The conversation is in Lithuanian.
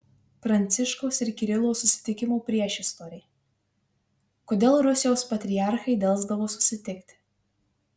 pranciškaus ir kirilo susitikimo priešistorė kodėl rusijos patriarchai delsdavo susitikti